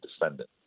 defendant